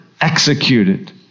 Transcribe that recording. executed